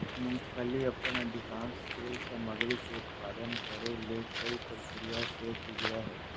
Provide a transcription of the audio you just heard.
मूंगफली अपन अधिकांश तेल सामग्री के उत्पादन करे ले कई प्रक्रिया से गुजरो हइ